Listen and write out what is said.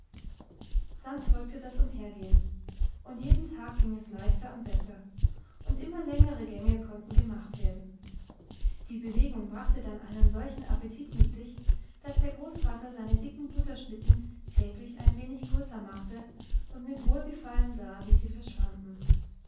dann folgte das umhergehen und jeden tag ging es leichter und besser und immer längere gänge konnten gemacht werden die bewegung brachte dann einen solchen appetit mit sich daß der großvater seine dicken butterschnitten täglich ein wenig größer machte und mit wohlgefallen sah wie sie verschwanden